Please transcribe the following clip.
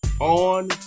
on